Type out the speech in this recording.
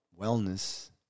wellness